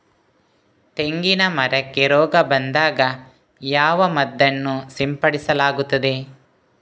ತೆಂಗಿನ ಮರಕ್ಕೆ ರೋಗ ಬಂದಾಗ ಯಾವ ಮದ್ದನ್ನು ಸಿಂಪಡಿಸಲಾಗುತ್ತದೆ?